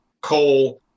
coal